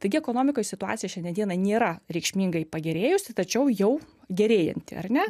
taigi ekonomikoj situacija šiandien dieną nėra reikšmingai pagerėjusi tačiau jau gerėjanti ar ne